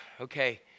okay